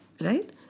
right